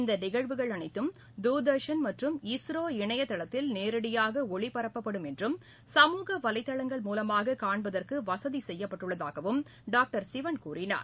இந்த நிகழ்வுகள் அனைத்தும் தூர்தர்ஷன் மற்றும் இஸ்ரோ இணையளத்தில் நேரடியாக ஒளிபரப்பப்படும் என்றும் சமூக வலைதளங்கள் மூலமாக காண்பதற்கு வசதி செய்யப்பட்டுள்ளதாகவும் டாக்டர் சிவன் கூறினார்